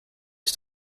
its